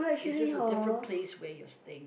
it's just a different place where you're staying